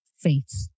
faith